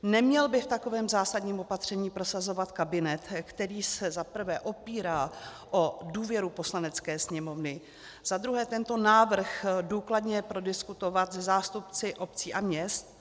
Neměl by v takovém zásadním opatření prosazovat kabinet, který se za prvé opírá o důvěru Poslanecké sněmovny, za druhé tento návrh důkladně prodiskutovat se zástupci obcí a měst?